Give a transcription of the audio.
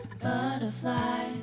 Butterfly